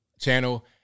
channel